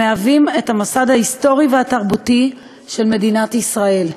שהם המסד ההיסטורי והתרבותי של מדינת ישראל.